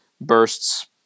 bursts